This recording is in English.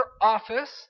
office